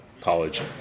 college